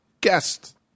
guest